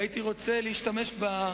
ועוד שני סגני שרים,